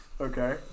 Okay